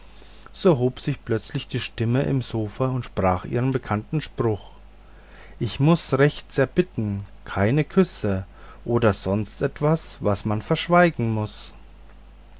so erhob sich plötzlich die stimme im sofa und sprach ihren bekannten spruch ich muß recht sehr bitten keinen küß oder sonst etwas was man verschweigen muß